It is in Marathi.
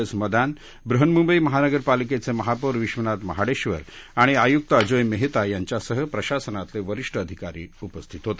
एस मदान बृहन्मुंबई महानगर पालिकेचे महापौर विश्वनाथ महाडेश्वर आणि आयुक्त अजोय मेहता यांच्यासह प्रशासनातले वरिष्ठ अधिकारी उपस्थित होते